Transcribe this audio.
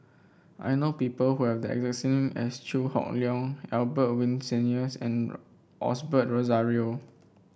I know people who have the exact name as Chew Hock Leong Albert Winsemius and Osbert Rozario